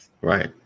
right